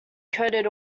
coated